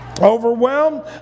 overwhelmed